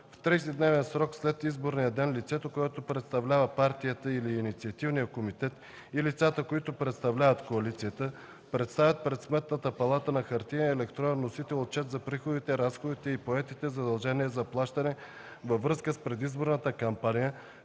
В 30-дневен срок след изборния ден лицето, което представлява партията или инициативния комитет, и лицата, които представляват коалицията, представят пред Сметната палата на хартиен и електронен носител отчет за приходите, разходите и поетите задължения за плащане във връзка с предизборната кампания,